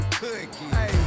cookie